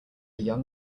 young